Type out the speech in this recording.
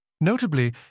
Notably